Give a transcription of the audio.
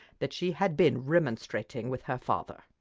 that she had been remonstrating with her father.